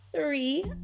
three